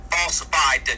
falsified